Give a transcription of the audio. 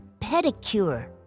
pedicure